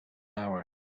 hour